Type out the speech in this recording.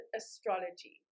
astrology